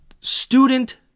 student